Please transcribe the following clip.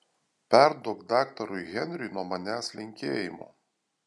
perduok daktarui henriui nuo manęs linkėjimų